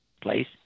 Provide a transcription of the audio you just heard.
place